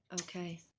okay